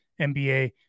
NBA